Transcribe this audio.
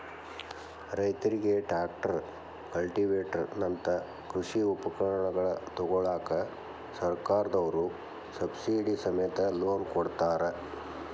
ರೈತರಿಗೆ tractor, cultivator ನಂತ ಕೃಷಿ ಉಪಕರಣ ತೊಗೋಳಾಕ ಸರ್ಕಾರದವ್ರು ಸಬ್ಸಿಡಿ ಸಮೇತ ಲೋನ್ ಕೊಡ್ತಾರ